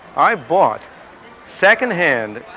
i bought second-hand,